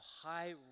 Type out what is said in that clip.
high